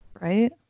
Right